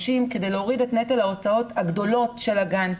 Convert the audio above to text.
כדי להוריד את נטל ההוצאות הגדולות של הגן.